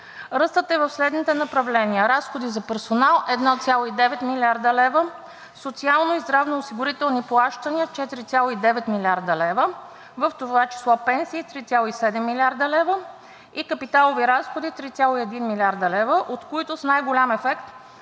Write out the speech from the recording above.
Ръстът е в следните направления: разходи за персонал – 1,7 млрд. лв., социални и здравноосигурителни плащания – 4,9 млрд. лв., в това число пенсии – 3,7 млрд. лв., и капиталови разходи – 3,1 млрд. лв., от които с най-голям ефект